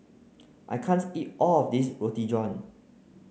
I can't eat all of this Roti John